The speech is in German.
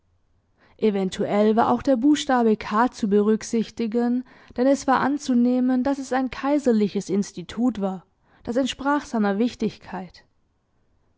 eventuell war auch der buchstabe k zu berücksichtigen denn es war anzunehmen daß es ein kaiserliches institut war das entsprach seiner wichtigkeit